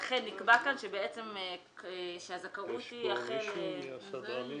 ולכן נקבע כאן שהזכאות --- יש פה מישהו מהסדרנים?